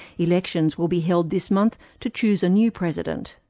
elections will be held this month to choose a new president.